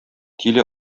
тиле